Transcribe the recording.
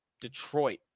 Detroit